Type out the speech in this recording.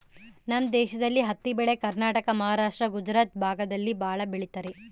ನಮ್ ದೇಶದಲ್ಲಿ ಹತ್ತಿ ಬೆಳೆ ಕರ್ನಾಟಕ ಮಹಾರಾಷ್ಟ್ರ ಗುಜರಾತ್ ಭಾಗದಲ್ಲಿ ಭಾಳ ಬೆಳಿತರೆ